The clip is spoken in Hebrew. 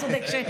אתה צודק.